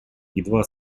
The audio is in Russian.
едва